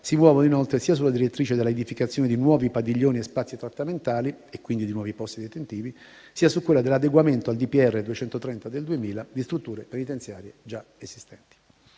si muovono inoltre sia sulla direttrice dell'edificazione di nuovi padiglioni e spazi trattamentali e quindi di nuovi posti detentivi, sia su quella dell'adeguamento al decreto del Presidente della Repubblica n. 230 del 2000 di strutture penitenziarie già esistenti.